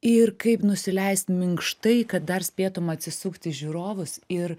ir kaip nusileist minkštai kad dar spėtum atsisukt į žiūrovus ir